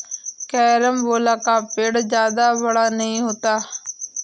carambola का पेड़ जादा बड़ा नहीं होता